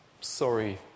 sorry